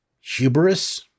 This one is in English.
hubris